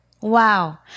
Wow